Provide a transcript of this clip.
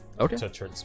Okay